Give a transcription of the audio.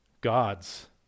gods